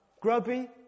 grubby